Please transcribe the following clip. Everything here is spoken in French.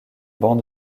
bancs